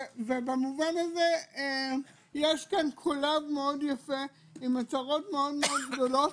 במובן הזה יש פה קולב מאוד יפה עם הצהרות מאוד גדולות,